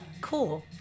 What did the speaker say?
cool